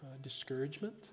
discouragement